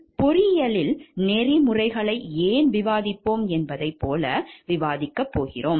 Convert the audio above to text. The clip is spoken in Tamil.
அடுத்து பொறியியலில் நெறிமுறைகளை ஏன் விவாதித்தோம் என்பதைப் போல விவாதிக்கப் போகிறோம்